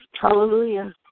Hallelujah